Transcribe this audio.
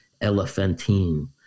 Elephantine